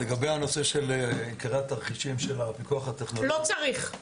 לגבי הנושא של עיקרי התרחישים של הפיקוח הטכנולוגי --- לא צריך,